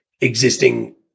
existing